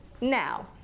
now